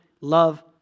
love